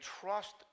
trust